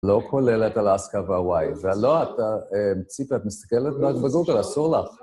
לא כוללת את אלסקה והוואי. ולא אתה ציפה, את מסתכלת בגוגל, אסור לך.